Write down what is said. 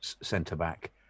centre-back